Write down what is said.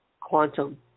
quantum